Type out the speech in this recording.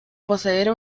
poseer